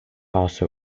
also